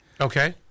Okay